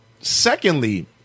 Secondly